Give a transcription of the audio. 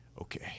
okay